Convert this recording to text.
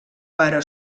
però